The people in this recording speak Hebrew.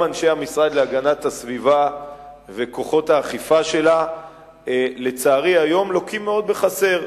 גם אנשי המשרד להגנת הסביבה וכוחות האכיפה שלו היום לוקים מאוד בחסר,